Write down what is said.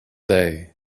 day